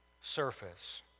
surface